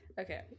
Okay